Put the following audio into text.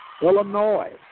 Illinois